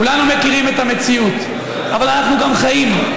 כולנו מכירים את המציאות אבל אנחנו גם חיים,